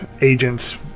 agents